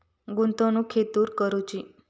गुंतवणुक खेतुर करूची?